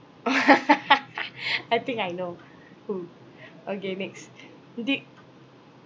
I think I know who okay next did